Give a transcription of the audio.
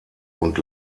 und